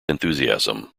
enthusiasm